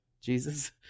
Jesus